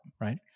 right